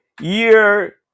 year